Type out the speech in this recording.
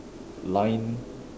line